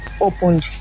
opened